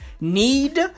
need